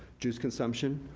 juice consumption,